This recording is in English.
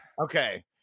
Okay